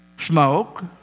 smoke